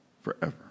forever